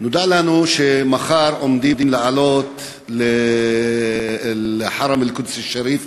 נודע לנו שמחר עומדים לעלות לאל-חרם אל-קודס א-שריף,